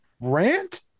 Rant